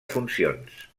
funcions